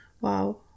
Wow